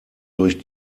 durch